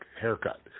haircut